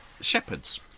shepherds